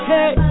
Hey